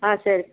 ஆ சரி